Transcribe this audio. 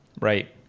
Right